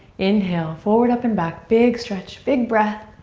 inhale forward, up, and back. big stretch, big breath.